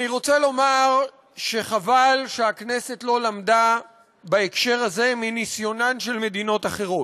אני רוצה לומר שחבל שהכנסת לא למדה בהקשר הזה מניסיונן של מדינות אחרות.